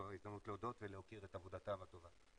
זו ההזדמנות להודות ולהוקיר את עבודתם הטובה.